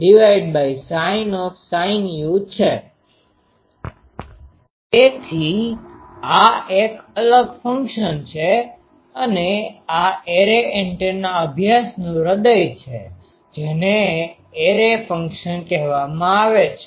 તેથી આ એક અલગ ફંક્શન છે અને આ એરે એન્ટેના અભ્યાસનું હૃદય છે જેને એરે ફંક્શન કહેવામાં આવે છે